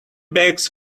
bags